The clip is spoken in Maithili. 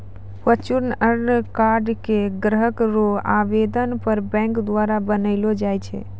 वर्चुअल कार्ड के ग्राहक रो आवेदन पर बैंक द्वारा बनैलो जाय छै